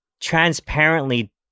transparently